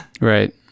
Right